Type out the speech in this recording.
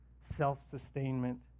self-sustainment